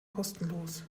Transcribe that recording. kostenlos